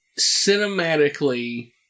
cinematically